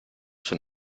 schon